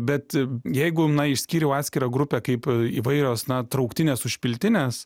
bet jeigu na išskyriau atskirą grupę kaip įvairios na trauktinės užpiltinės